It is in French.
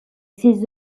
ses